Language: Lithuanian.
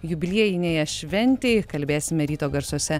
jubiliejinėje šventėj kalbėsime ryto garsuose